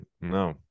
No